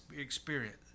experience